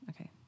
Okay